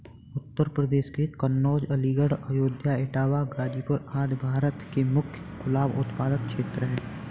उत्तर प्रदेश के कन्नोज, अलीगढ़, अयोध्या, इटावा, गाजीपुर आदि भारत के मुख्य गुलाब उत्पादक क्षेत्र हैं